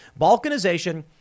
Balkanization